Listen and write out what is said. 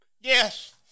Yes